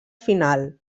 final